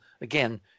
again